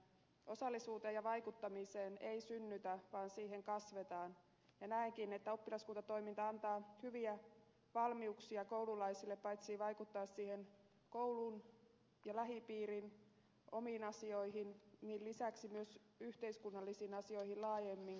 osallisuuteen ja vaikuttamiseen ei synnytä vaan siihen kasvetaan ja näenkin että oppilaskuntatoiminta antaa hyviä valmiuksia koululaisille paitsi vaikuttaa siihen koulun ja lähipiirin omiin asioihin myös yhteiskunnallisiin asioihin laajemminkin